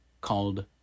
called